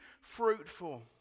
fruitful